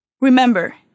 Remember